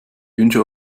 wünsche